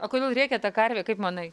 o kodėl rėkia ta karvė kaip manai